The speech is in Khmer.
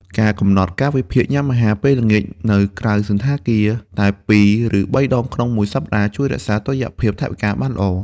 ការកំណត់កាលវិភាគញ៉ាំអាហារពេលល្ងាចនៅក្រៅសណ្ឋាគារតែពីរ ឬបីដងក្នុងមួយសប្តាហ៍ ជួយរក្សាតុល្យភាពថវិកាបានយ៉ាងល្អ។